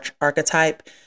archetype